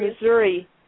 Missouri